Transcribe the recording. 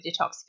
detoxification